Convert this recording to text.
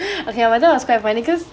okay that one was quite funny because